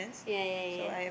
ya ya ya